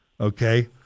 Okay